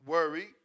Worry